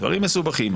דברים מסובכים.